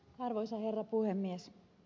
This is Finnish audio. arvoisa herra puhemies